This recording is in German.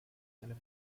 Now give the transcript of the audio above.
eine